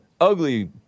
ugly